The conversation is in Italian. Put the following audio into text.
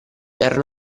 erano